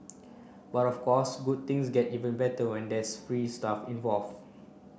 but of course good things get even better when there's free stuff involved